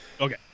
Okay